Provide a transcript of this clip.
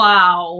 Wow